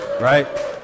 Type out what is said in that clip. right